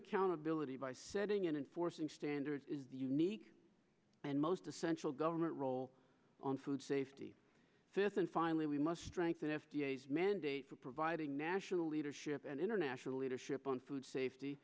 accountability by setting and enforcing standards is the unique and most essential government role on food safety fifth and finally we must strengthen f d a mandate for providing national leadership and international leadership on food safety